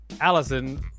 allison